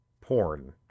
porn